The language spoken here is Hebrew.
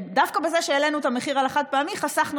דווקא בזה שהעלינו את המחיר על החד-פעמי חסכנו